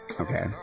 Okay